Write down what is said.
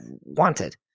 wanted